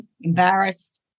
embarrassed